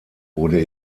wurde